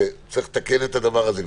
שצריך לתקן את הדבר הזה,